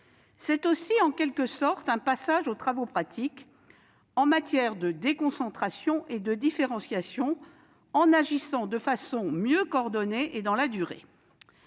permet aussi de passer aux travaux pratiques en matière de déconcentration et de différenciation, en agissant de façon mieux coordonnée et dans la durée.